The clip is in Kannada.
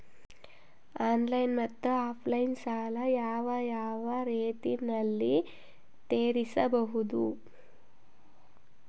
ಆನ್ಲೈನ್ ಮತ್ತೆ ಆಫ್ಲೈನ್ ಸಾಲ ಯಾವ ಯಾವ ರೇತಿನಲ್ಲಿ ತೇರಿಸಬಹುದು?